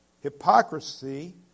hypocrisy